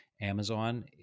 Amazon